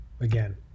again